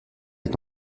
est